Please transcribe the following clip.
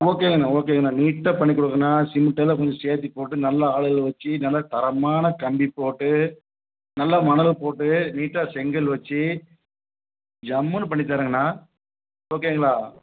ஓகேங்கண்ணா ஓகேங்கண்ணா நீட்டாக பண்ணிக் கொடுக்குறேண்ணா சிமெண்ட்டெல்லாம் சேர்த்தி போட்டு நல்லா ஆளுகளை வச்சு நல்ல தரமான கம்பி போட்டு நல்ல மணல் போட்டு நீட்டாக செங்கல் வச்சு ஜம்முன்னு பண்ணித் தரேங்கண்ணா ஓகேங்களா